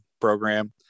program